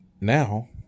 now